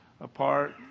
apart